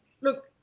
look